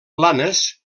planes